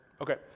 Okay